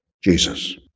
Jesus